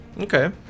Okay